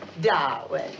Darwin